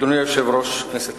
תוריד אותו.